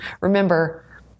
Remember